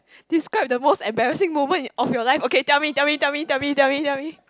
describe the most embarrassing moment of your life okay tell me tell me tell me tell me tell me tell me